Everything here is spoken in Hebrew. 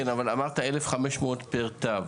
אמרת 1,500 ₪ פר תו.